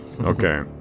Okay